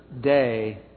day